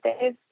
days